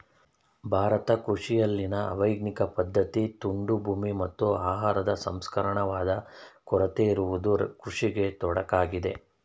ಭಾರತ ಕೃಷಿಯಲ್ಲಿನ ಅವೈಜ್ಞಾನಿಕ ಪದ್ಧತಿ, ತುಂಡು ಭೂಮಿ, ಮತ್ತು ಆಹಾರ ಸಂಸ್ಕರಣಾದ ಕೊರತೆ ಇರುವುದು ಕೃಷಿಗೆ ತೊಡಕಾಗಿದೆ